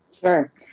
Sure